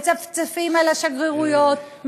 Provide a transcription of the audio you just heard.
מצפצפים על השגרירויות,